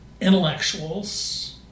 intellectuals